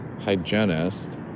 hygienist